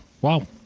Wow